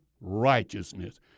righteousness